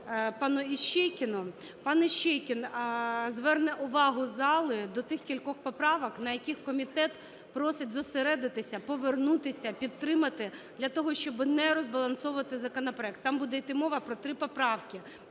Пан Іщейкін зверне увагу зали до тих кількох поправок, на яких комітет просить зосередитися, повернутися, підтримати для того, щоби не розбалансовувати законопроект. Там буде йти мова про три поправки,